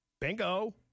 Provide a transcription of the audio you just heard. Bingo